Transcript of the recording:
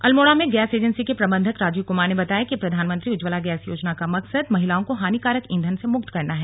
अल्मोड़ा में gas agency के प्रबन्धक राजीव कुमार ने बताया कि प्रधानमंत्री उज्जवला गैस योजना का मकसद महिलाओं को हानिकारक ईंधन से मुक्त करना है